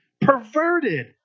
perverted